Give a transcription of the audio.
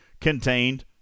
contained